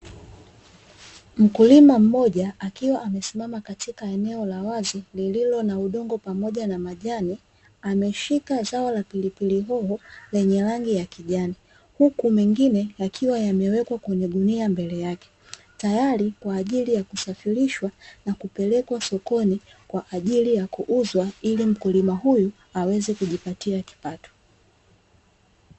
Mkulima mmoja akiwa amesimama katika eneo la wazi lililo na udongo pamoja na majani ameshika zao la pilipili hoho lenye rangi ya kijani, huku mengine yakiwa yamewekwa kwenye gunia mbele yake tayari kwa ajili ya kusafirishwa na kupelekwa sokoni kwa ajili ya kuuzwa ili mkulima huyu aweze kujipatia kipato.